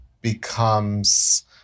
becomes